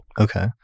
Okay